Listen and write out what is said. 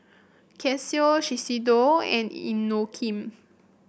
Casio Shiseido and Inokim